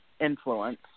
influence